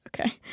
Okay